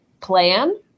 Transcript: plan